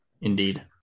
Indeed